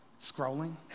scrolling